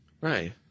Right